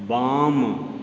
बाम